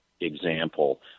example